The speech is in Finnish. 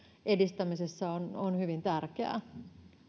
edistämisessä on on hyvin tärkeää